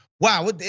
wow